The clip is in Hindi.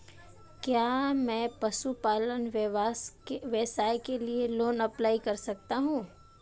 क्या मैं पशुपालन व्यवसाय के लिए लोंन अप्लाई कर सकता हूं?